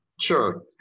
Sure